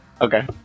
Okay